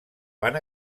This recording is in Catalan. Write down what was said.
van